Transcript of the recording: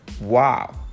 Wow